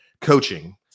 coaching